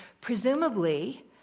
presumably